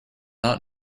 not